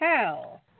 hell